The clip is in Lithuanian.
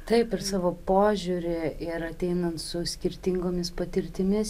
taip ir savo požiūrį ir ateinant su skirtingomis patirtimis